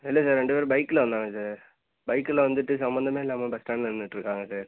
இல்லை சார் ரெண்டு பேரும் பைக்கில் வந்தாங்க சார் பைக்கில் வந்துவிட்டு சம்மந்தமே இல்லாம பஸ் ஸ்டாண்ட்டில் நின்றுட்ருக்காங்க சார்